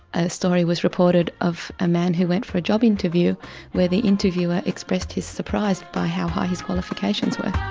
a story was reported of a man who went for a job interview where the interviewer expressed his surprise at how high his qualifications were.